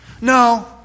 No